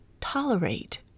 tolerate